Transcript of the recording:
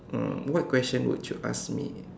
uh what question would you ask me